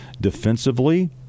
defensively